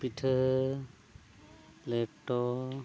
ᱯᱤᱴᱷᱟᱹ ᱞᱮᱴᱚ